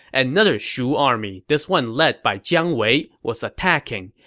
another shu army, this one led by jiang wei, was attacking.